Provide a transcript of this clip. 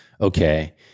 okay